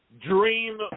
Dream